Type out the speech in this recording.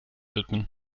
widmen